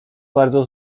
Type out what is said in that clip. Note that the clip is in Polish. bardzo